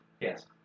Yes